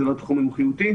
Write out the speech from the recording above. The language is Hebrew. זה לא תחום מומחיותי.